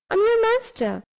i'm your master,